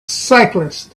cyclists